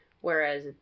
Whereas